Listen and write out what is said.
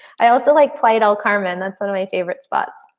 i also like playa del carmen. that's one of my favorite spots.